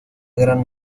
gran